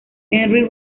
henry